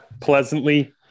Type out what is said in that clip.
pleasantly